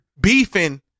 beefing